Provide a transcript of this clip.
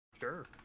sure